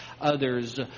others